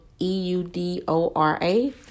E-U-D-O-R-A